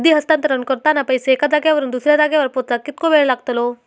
निधी हस्तांतरण करताना पैसे एक्या जाग्यावरून दुसऱ्या जाग्यार पोचाक कितको वेळ लागतलो?